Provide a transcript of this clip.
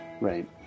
Right